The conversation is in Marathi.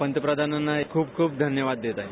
पंतप्रधानांना खूप खूप धन्यवाद देत आहेत